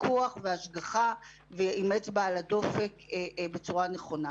פיקוח והשגחה ועם אצבע על הדופק בצורה נכונה.